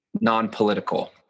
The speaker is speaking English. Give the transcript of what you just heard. non-political